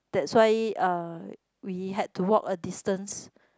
that's why uh we had to walk a distance